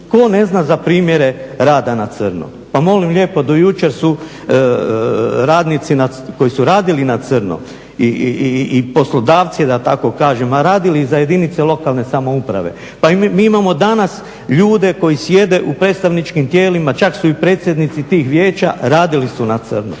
Tko ne zna za primjere rada na crno? Pa molim lijepo do jučer su radnici koji su radili na crno i poslodavci da tako kažem radili za jedinice lokalne samouprave. Pa mi imamo danas ljude koji sjede u predstavničkim tijelima, čak su i predsjednici tih vijeća, radili su na crno.